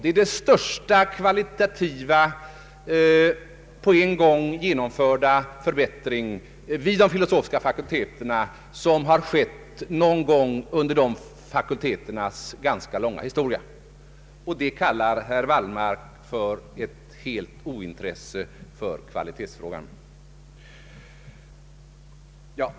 Det är den största kvalitativa, på en gång genomförda för bättring vid de filosofiska fakulteterna som skett någonsin under dessa fakulteters långa historia. Det kallar herr Wallmark ointresse för kvalitetsfrågan!